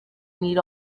need